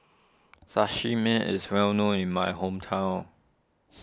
Sashimi is well known in my hometown